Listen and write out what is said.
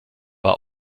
war